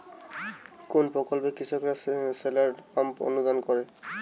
কোন প্রকল্পে কৃষকরা সোলার পাম্প অনুদান পাবে?